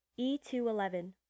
E211